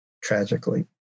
tragically